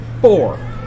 four